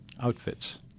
outfits